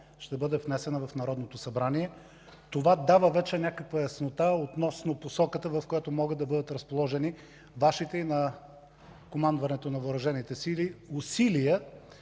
ще бъде внесена в Народното събрание. Това дава вече някаква яснота относно посоката, в която могат да бъдат разположени Вашите и на командването на Въоръжените сили усилия